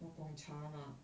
or Gong Cha lah